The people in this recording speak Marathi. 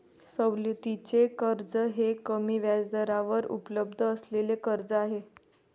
सवलतीचे कर्ज हे कमी व्याजदरावर उपलब्ध असलेले कर्ज आहे